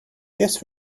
yes